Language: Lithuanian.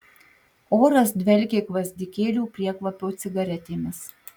oras dvelkė gvazdikėlių priekvapio cigaretėmis